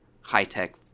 high-tech